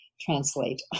translate